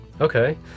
Okay